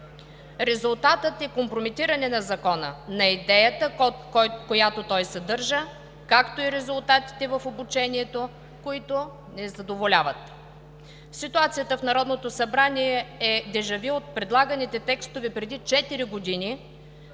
Резултатът е компрометиране на закона, на идеята, която той съдържа, както и резултатите в обучението, които не задоволяват. Ситуацията в Народното събрание е дежа вю от предлаганите текстове, от преди четири